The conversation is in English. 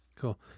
cool